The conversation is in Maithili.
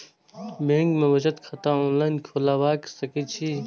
बैंक में बचत खाता ऑनलाईन खोलबाए सके छी?